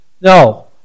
No